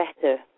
better